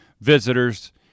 visitors